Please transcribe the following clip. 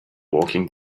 walking